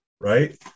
right